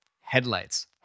headlights